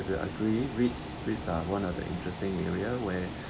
do agree REITs REITs are one of the interesting area where